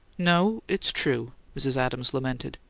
no, it's true, mrs. adams lamented.